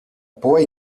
boy